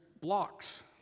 blocks